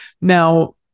Now